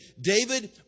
David